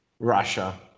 Russia